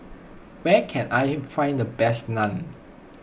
where can I find the best Naan